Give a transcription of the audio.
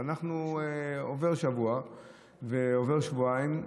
עובר שבוע ועוברים שבועיים,